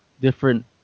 different